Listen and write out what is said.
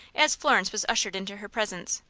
as florence was ushered into her presence.